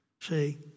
see